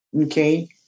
okay